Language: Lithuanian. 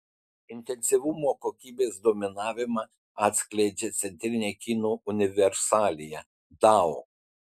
intensyvumo kokybės dominavimą atskleidžia centrinė kinų universalija dao